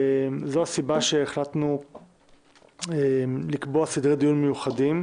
זו הסיבה שהחלטנו לקבוע סדרי דיון מיוחדים,